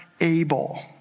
able